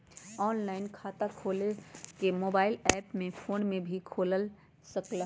Online खाता खोले के मोबाइल ऐप फोन में भी खोल सकलहु ह?